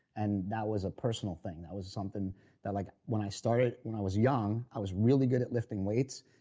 and that was a personal thing. that was something that like when i started, when i was young i was really good at lifting weights,